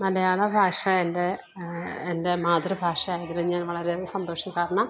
മലയാള ഭാഷ എൻ്റെ എൻ്റെ മാതൃഭാഷയായതിൽ ഞാൻ വളരെ സന്തോഷം കാരണം